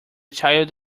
child